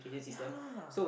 ya lah